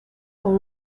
con